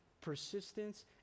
persistence